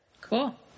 cool